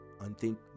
Unthink